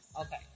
Okay